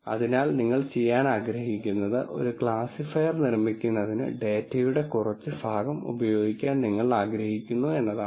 അതിനാൽ നിങ്ങൾ ചെയ്യാൻ ആഗ്രഹിക്കുന്നത് ഒരു ക്ലാസിഫയർ നിർമ്മിക്കുന്നതിന് ഡാറ്റയുടെ കുറച്ച് ഭാഗം ഉപയോഗിക്കാൻ നിങ്ങൾ ആഗ്രഹിക്കുന്നു എന്നതാണ്